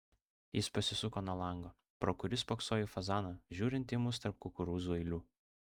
jis pasisuko nuo lango pro kurį spoksojo į fazaną žiūrintį į mus tarp kukurūzų eilių